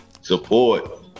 support